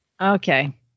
Okay